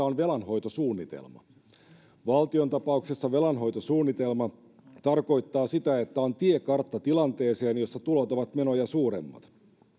on velanhoitosuunnitelma valtion tapauksessa velanhoitosuunnitelma tarkoittaa sitä että on tiekartta tilanteeseen jossa tulot ovat menoja suuremmat